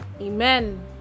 amen